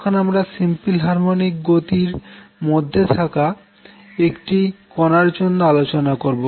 এখন আমরা simple harmonic গতি এর মধ্যে থাকা একটি কনার জন্য আলোচনা করবো